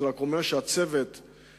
זה רק אומר שהצוות הבין-תחומי,